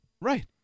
Right